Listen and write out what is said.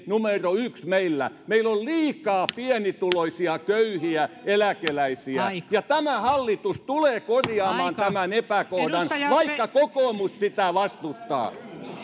numero yksi meillä meillä on liikaa pienituloisia köyhiä eläkeläisiä ja tämä hallitus tulee korjaamaan tämän epäkohdan vaikka kokoomus sitä vastustaa